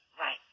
Right